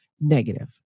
negative